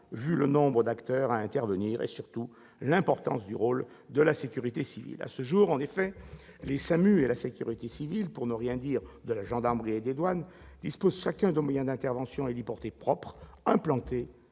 vu le nombre d'acteurs à intervenir et, surtout, l'importance du rôle de la sécurité civile. En effet, à ce jour, les SAMU et la sécurité civile, pour ne rien dire de la gendarmerie et des douanes, disposent chacun de moyens d'intervention héliportés propres, implantés